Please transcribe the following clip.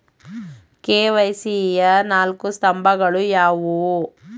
KYC ಯ ನಾಲ್ಕು ಸ್ತಂಭಗಳು ಯಾವುವು?